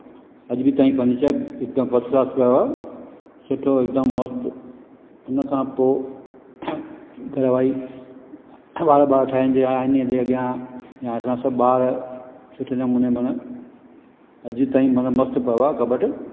अॼु बि तव्हां ई फर्नीचर हिकदमि फ़स्ट क्लास पियो आहे सुठो हिकदमि मस्तु हुन खां पोइ घरवारी वार ॿार ठाहींदी आहे हिनजे अॻियां या असां सभु ॿार सुठे नमूने मना अॼु ताईं मना मस्तु पियो आहे कॿर्ट